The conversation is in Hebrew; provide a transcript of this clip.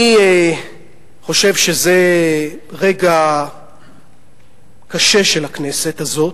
אני חושב שזה רגע קשה של הכנסת הזאת.